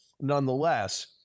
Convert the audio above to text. nonetheless